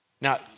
Now